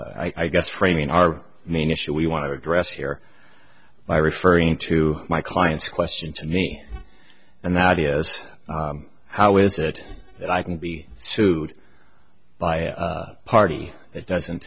our main issue we want to address here by referring to my client's question to me and the idea is how is it that i can be sued by a party that doesn't